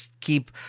keep